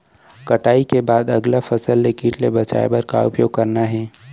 कटाई के बाद अगला फसल ले किट ले बचाए बर का उपाय करना हे?